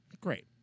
Great